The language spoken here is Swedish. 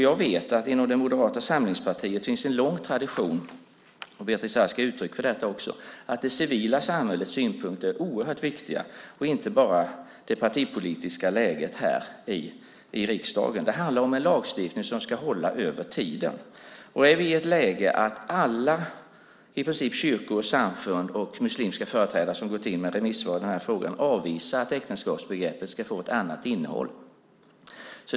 Jag vet att det inom Moderata samlingspartiet finns en lång tradition, som också Beatrice Ask ger uttryck för, där det civila samhällets synpunkter är oerhört viktiga. Det handlar inte bara om det partipolitiska läget här i riksdagen. Det gäller en lagstiftning som ska hålla över tiden. Nu är vi i ett läge där i princip alla kyrkor och samfund och muslimska företrädare som har kommit in med remissvar i frågan avvisar att äktenskapsbegreppet ska få ett annat innehåll.